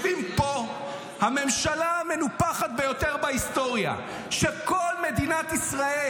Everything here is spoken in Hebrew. זה שר המסורת ומי זה שר המורשת ומה כל אחד מהם עושה.